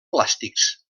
plàstics